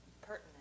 pertinent